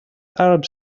arabs